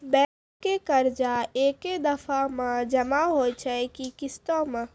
Bank के कर्जा ऐकै दफ़ा मे जमा होय छै कि किस्तो मे?